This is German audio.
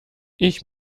ich